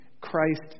Christ